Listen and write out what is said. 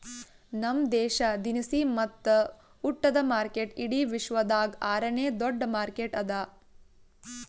ನಮ್ ದೇಶ ದಿನಸಿ ಮತ್ತ ಉಟ್ಟದ ಮಾರ್ಕೆಟ್ ಇಡಿ ವಿಶ್ವದಾಗ್ ಆರ ನೇ ದೊಡ್ಡ ಮಾರ್ಕೆಟ್ ಅದಾ